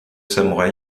samouraï